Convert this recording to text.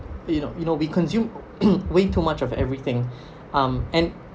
you know you know we consume way too much of everything um and